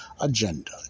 agenda